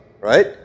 right